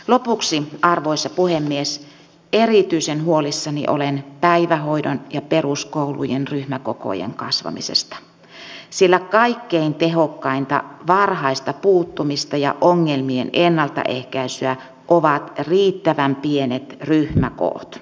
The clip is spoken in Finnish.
lopuksi arvoisa puhemies erityisen huolissani olen päivähoidon ja peruskoulujen ryhmäkokojen kasvamisesta sillä kaikkein tehokkainta varhaista puuttumista ja ongelmien ennaltaehkäisyä ovat riittävän pienet ryhmäkoot